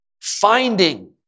finding